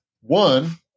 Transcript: one